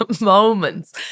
moments